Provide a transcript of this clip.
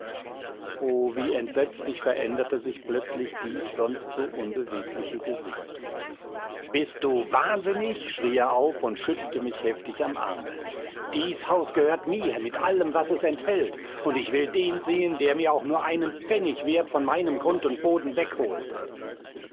o wie entsetzlich veränderte sich plötzlich dies sonst so unbewegliche gesicht bist du wahnsinnig schrie er auf und schüttelte mich heftig am arme dies haus gehört mir mit allem was es enthält und ich will den sehen der mir auch nur einen pfennig wert von meinem grund und boden wegholt